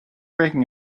breaking